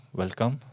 welcome